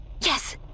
Yes